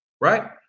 right